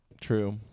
True